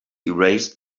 erased